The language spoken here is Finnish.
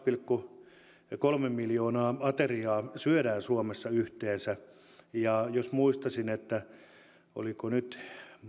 pilkku kolme miljoonaa ateriaa syödään suomessa yhteensä jos muistaisin että oliko nyt